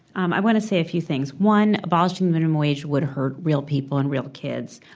um i want to say a few things. one, abolishing the minimum wage would hurt real people and real kids.